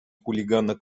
хулигана